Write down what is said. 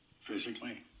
physically